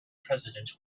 president